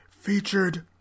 featured